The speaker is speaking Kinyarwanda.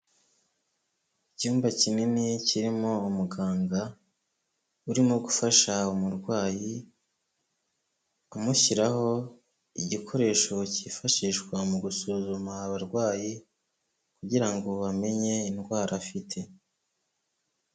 Icyumba kinini kirimo umuganga urimo gufasha umurwayi amushyiraho igikoresho cyifashishwa mu gusuzuma abarwayi kugira ngo bamenye indwara afite.